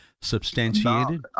substantiated